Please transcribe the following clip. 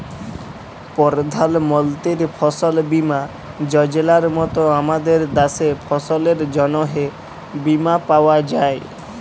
পরধাল মলতির ফসল বীমা যজলার মত আমাদের দ্যাশে ফসলের জ্যনহে বীমা পাউয়া যায়